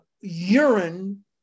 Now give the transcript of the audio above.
urine